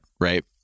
right